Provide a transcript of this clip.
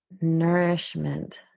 nourishment